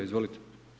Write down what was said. Izvolite.